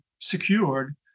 secured